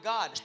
God